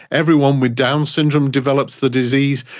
everyone with down syndrome develops the disease,